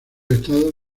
estados